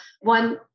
one